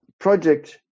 Project